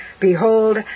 Behold